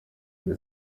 iri